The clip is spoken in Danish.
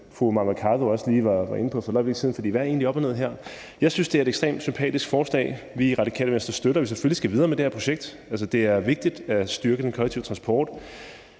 fru Mai Mercado var inde på for et øjeblik siden, for hvad er egentlig op og ned her? Jeg synes, det er et ekstremt sympatisk forslag, som vi i Radikale Venstre støtter, for selvfølgelig skal vi videre med det her projekt. Altså, det er vigtigt at styrke den kollektive transport.